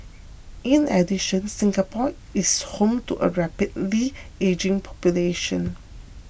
in addition Singapore is home to a rapidly ageing population